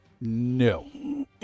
No